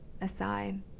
aside